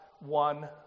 one